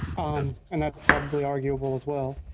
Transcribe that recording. um um and that's probably arguable as well.